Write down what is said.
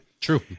True